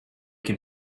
can